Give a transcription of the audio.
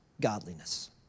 godliness